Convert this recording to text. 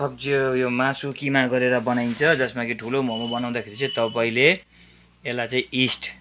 सब्जी यो मासु किमा गरेर बनाइन्छ जसमा कि ठुलो मोमो बनाउँदाखेरि चाहिँ तपाईँले यसलाई चाहिँ यिस्ट